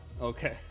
Okay